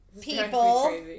people